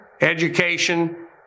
education